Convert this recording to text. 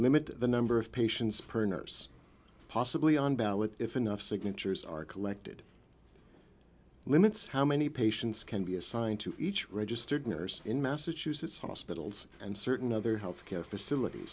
limit the number of patients per nurse possibly on ballots if enough signatures are collected limits how many patients can be assigned to each registered nurse in massachusetts hospitals and certain other health care facilit